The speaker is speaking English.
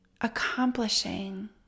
accomplishing